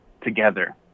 together